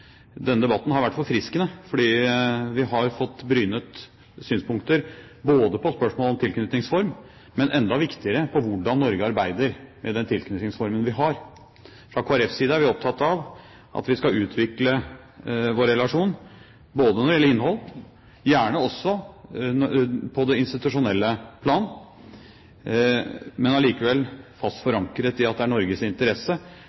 Denne debatten har vært forfriskende. Vi har fått brynet synspunkter, ikke bare på spørsmål om tilknytningsform, men enda viktigere på hvordan Norge arbeider med den tilknytningsformen vi har. Fra Kristelig Folkepartis side er vi opptatt av at vi skal utvikle vår relasjon når det gjelder innhold, gjerne også på det institusjonelle plan, men likevel fast forankret i at det er i Norges interesse